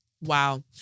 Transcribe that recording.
wow